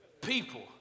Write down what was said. People